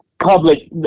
public